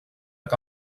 que